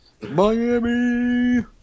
Miami